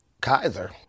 Kaiser